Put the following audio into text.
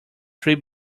three